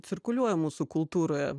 cirkuliuoja mūsų kultūroje